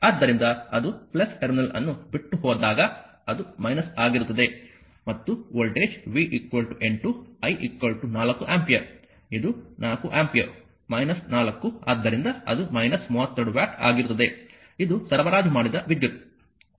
ಆದ್ದರಿಂದ ಅದು ಟರ್ಮಿನಲ್ ಅನ್ನು ಬಿಟ್ಟು ಹೋದಾಗ ಅದು ಆಗಿರುತ್ತದೆ ಮತ್ತು ವೋಲ್ಟೇಜ್ V 8 I 4 ಆಂಪಿಯರ್ ಇದು 4 ಆಂಪಿಯರ್ 4 ಆದ್ದರಿಂದ ಅದು 32 ವ್ಯಾಟ್ ಆಗಿರುತ್ತದೆ ಇದು ಸರಬರಾಜು ಮಾಡಿದ ವಿದ್ಯುತ್